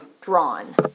drawn